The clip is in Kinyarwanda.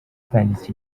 atangiza